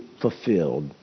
fulfilled